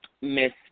Miss